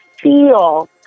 feel